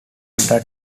tone